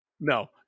No